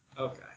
Okay